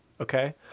okay